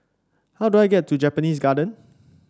how do I get to Japanese Garden